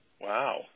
Wow